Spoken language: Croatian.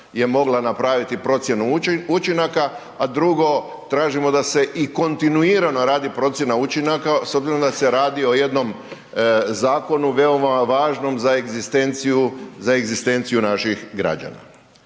je mogla napraviti procjenu učinaka a drugo tražimo da se i kontinuirano radi procjena učinaka s obzirom da se radi o jednom zakonu veoma važnom za egzistenciju naših građana.